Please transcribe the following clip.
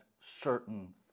certain